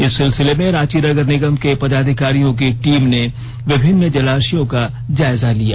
इस सिलसिले में रांची नगर निगम के पदाधिकारियों की टीम ने विभिन्न जलाशयों का जायजा लिया